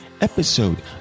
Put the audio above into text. episode